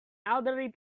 elderly